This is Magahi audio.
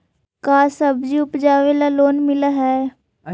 का सब्जी उपजाबेला लोन मिलै हई?